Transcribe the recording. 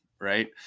right